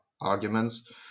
arguments